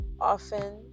often